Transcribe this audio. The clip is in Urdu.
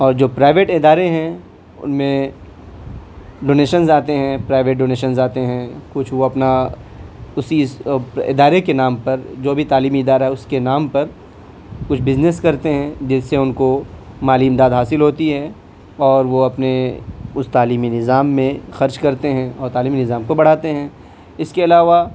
اور جو پرائیویٹ ادارے ہیں ان میں ڈونیشنز آتے ہیں پرائیویٹ ڈونیشنز آتے ہیں کچھ وہ اپنا اسی ادارے کے نام پر جو بھی تعلیمی ادارہ ہے اس کے نام پر کچھ بزنس کرتے ہیں جس سے ان کو مالی امداد حاصل ہوتی ہے اور وہ اپنے اس تعلیمی نظام میں خرچ کرتے ہیں اور تعلیمی نظام کو بڑھاتے ہیں اس کے علاوہ